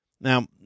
Now